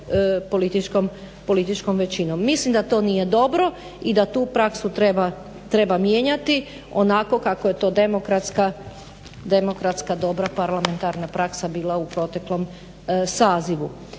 političkom većinom. Mislim da to nije dobro i da tu praksu treba mijenjati onako kako je to demokratska, dobra, parlamentarna praksa bila u proteklom sazivu.